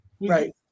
Right